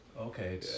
Okay